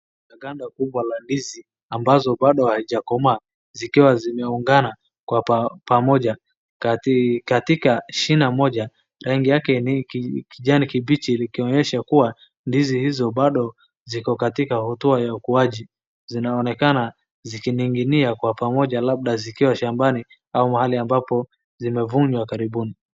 Ni ganda kubwa la ndizi ambazo bado haijakomaa zikiwa zimeungana kwa pamoja katika shina moja. Rangi yake ni kijani kibichi ikionyesha kuwa ndizi hizo bado ziko katika hatua ya ukuaji. Zinaonekana zikining'inia kwa pamoja labda zikiwa shambani au mahali ambapo zimevunywa karibuni.